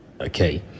okay